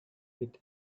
with